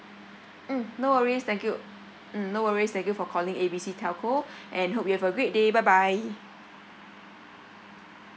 mm no worries thank you mm no worries thank you for calling A B C telco and hope you have a great day bye bye